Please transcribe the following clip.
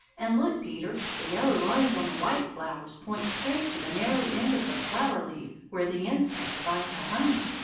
and look, peter, the yellow lines on the white flowers point straight to the narrow end of the flower-leaf, where the insects find the honey.